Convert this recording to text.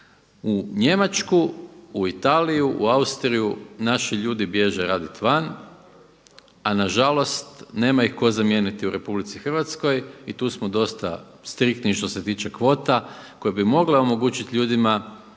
U Njemačku, u Italiju, u Austriju naši ljudi bježe raditi van a nažalost nema ih tko zamijeniti u RH i tu smo dosta striktni i što se tiče kvota koje bi mogle omogućiti ljudima